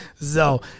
So-